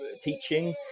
teaching